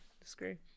Screw